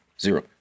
Zero